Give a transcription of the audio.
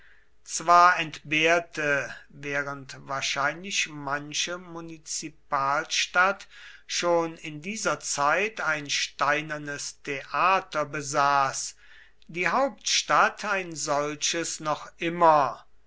zwar entbehrte während wahrscheinlich manche munizipalstadt schon in dieser zeit ein steinernes theater besaß die hauptstadt eines solchen noch immer